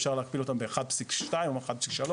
אפשר להכפיל אותם ב־1.2 או 1.3,